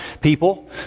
people